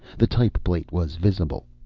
the type plate was visible.